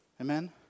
Amen